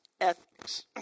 ethics